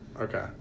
Okay